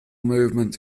movement